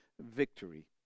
victory